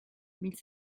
mille